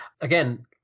again